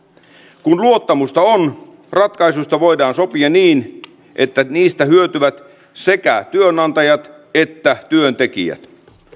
kun luottamusta on ratkaisuista voidaan sopia niin että niistä hyötyvät sekä työnantajat että työntekijät